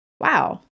wow